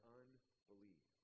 unbelief